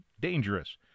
dangerous